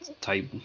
type